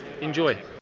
Enjoy